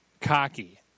cocky